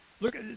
Look